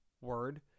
word